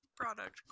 product